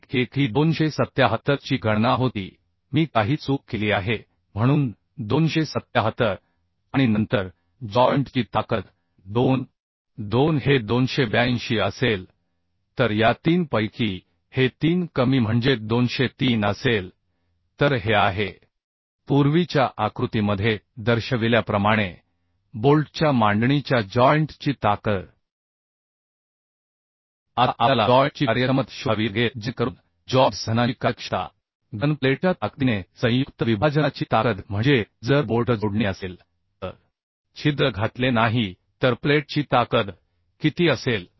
तर 1 1 ही 277 ची गणना होती मी काही चूक केली आहे म्हणून 277 आणि नंतर जॉइंट ची ताकद 2 2 हे 282 असेल तर या तीनपैकी हे तीन कमी म्हणजे 203 असेल तर हे आहे पूर्वीच्या आकृतीमध्ये दर्शविल्याप्रमाणे बोल्टच्या मांडणीच्या जॉइंट ची ताकद आता आपल्याला जॉइंट ची कार्यक्षमता शोधावी लागेल जेणेकरून जॉइंट साधनांची कार्यक्षमता घन प्लेटच्या ताकदीने संयुक्त विभाजनाची ताकद म्हणजे जर बोल्ट जोडणी असेल तर छिद्र घातले नाही तर प्लेटची ताकद किती असेल